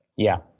yeah,